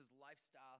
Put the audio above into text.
lifestyle